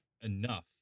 enough